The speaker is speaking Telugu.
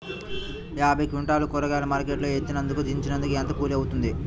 యాభై క్వింటాలు కూరగాయలు మార్కెట్ లో ఎత్తినందుకు, దించినందుకు ఏంత కూలి అవుతుంది?